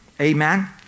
Amen